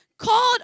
Called